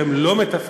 והם לא מטפטפים,